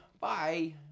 bye